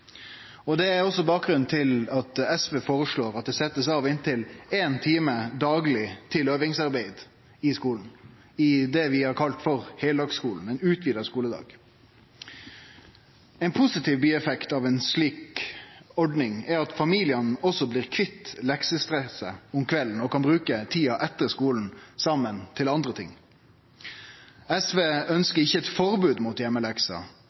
stades. Det er også bakgrunnen for at SV føreslår at det blir sett av inntil éin time dagleg til øvingsarbeid i skulen, i det vi har kalla heildagsskulen, ein utvida skuledag. Ein positiv bieffekt av ei slik ordning er at familiane også blir kvitt leksestresset om kvelden og kan bruke tida etter skulen saman – til andre ting. SV ønskjer ikkje eit forbod mot